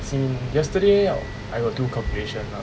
as in yesterday I got do calculation lah